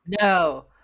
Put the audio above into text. No